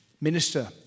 minister